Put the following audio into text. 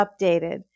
updated